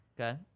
Okay